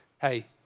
Hey